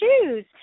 shoes